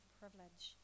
privilege